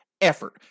effort